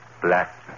Black